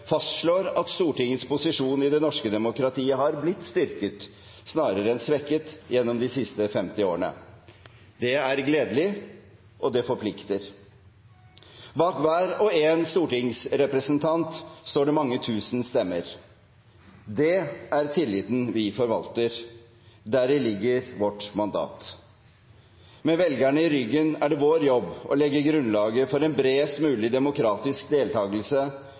fastslår at Stortingets posisjon i det norske demokratiet har blitt styrket, snarere enn svekket, gjennom de siste 50 årene. Det er gledelig, og det forplikter. Bak hver og en stortingsrepresentant står det mange tusen stemmer. Det er tilliten vi forvalter. Deri ligger vårt mandat. Med velgerne i ryggen er det vår jobb å legge grunnlaget for en bredest mulig demokratisk